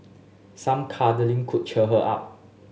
some cuddling could cheer her up